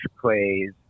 plays